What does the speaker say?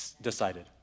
decided